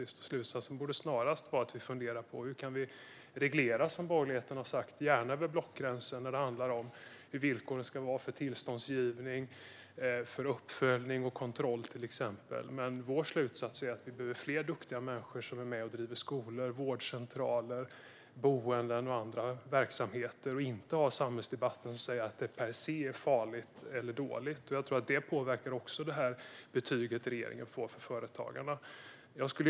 Slutsatsen borde snarare vara att fundera på hur vi kan reglera, gärna över blockgränsen, till exempel villkoren för tillståndsgivning, uppföljning och kontroll, vilket borgerligheten har sagt. Men vår slutsats är att det behövs fler duktiga människor som är med och driver skolor, vårdcentraler, boenden och andra verksamheter. Vi behöver inte en samhällsdebatt som säger hur farligt eller dåligt det är. Det påverkar nog också betyget från företagarna till regeringen.